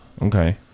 Okay